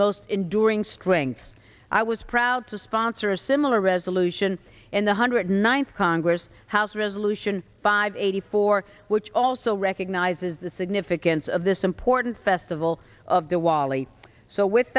most enduring strength i was proud to sponsor a similar resolution in the hundred ninth congress house resolution five eighty four which also recognizes the significance of this important festival of the walley so with